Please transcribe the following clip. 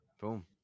Boom